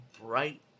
bright